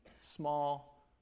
small